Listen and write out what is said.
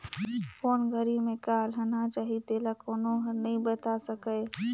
कोन घरी में का अलहन आ जाही तेला कोनो हर नइ बता सकय